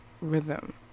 rhythm